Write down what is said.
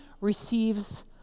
receives